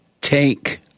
take